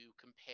compare